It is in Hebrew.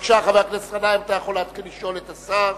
אנחנו עוברים לנושא הבא.